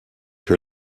que